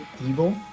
evil